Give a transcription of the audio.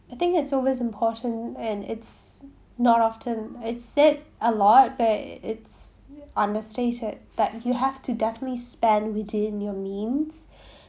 I think it's always important and it's not often it's said a lot but it's understated that you have to definitely spend within your means